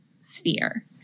sphere